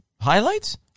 highlights